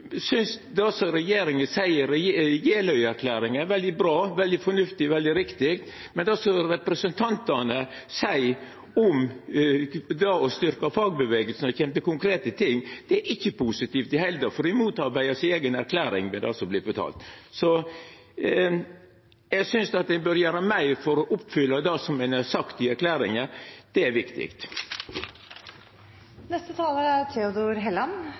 synest det regjeringa seier i Jeløya-erklæringa, er veldig bra, veldig fornuftig, veldig riktig, men det som representantane seier om det å styrkja fagbevegelsen når det kjem til konkrete ting, er ikkje positivt i det heile, for dei motarbeider si eiga erklæring med det som vert fortalt. Eg synest ein bør gjera meir for å oppfylla det som ein har sagt i erklæringa. Det er